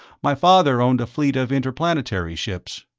my father owned a fleet of interplanetary ships.